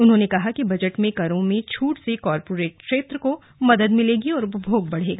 उन्होंने कहा कि बजट में करों में छूट से कॉरपोरेट क्षेत्र को मदद मिलेगी और उपभोग बढ़ेगा